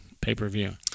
pay-per-view